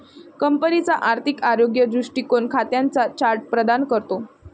कंपनीचा आर्थिक आरोग्य दृष्टीकोन खात्यांचा चार्ट प्रदान करतो